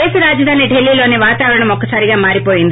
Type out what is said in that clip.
దేశ రాజధాని ఢిల్లీలోని వాతావరణం ఒక్కసారిగా మారిపోయింది